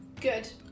Good